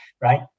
right